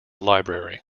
library